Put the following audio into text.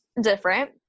different